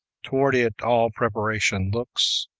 toward it all preparation looks,